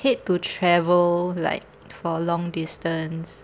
hate to travel like for long distance